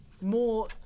more